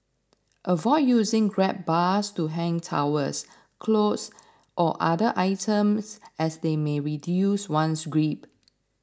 avoid using grab bars to hang towels clothes or other items as they may reduce one's grip